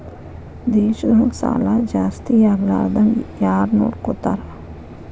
ದೇಶದೊಳಗ ಸಾಲಾ ಜಾಸ್ತಿಯಾಗ್ಲಾರ್ದಂಗ್ ಯಾರ್ನೊಡ್ಕೊತಾರ?